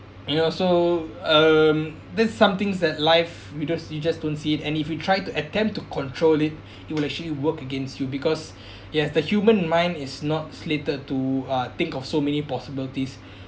and also um there's some things that life we don't see you just don't see it and if you try to attempt to control it it will actually work against you because yes the human mind is not slated to uh think of so many possibilities